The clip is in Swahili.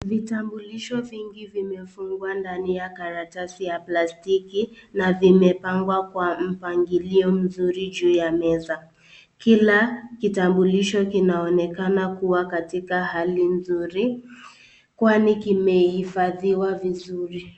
Vitambulisho vingi vimefungwa ndani ya karatasi ya plastiki na vimepangwa kwa mpangilio mzuri juu ya meza. Kila kitambulisho kinaonekana kuwa katika hali nzuri kwani kimehifadhiwa vizuri.